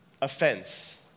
offense